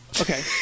Okay